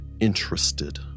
interested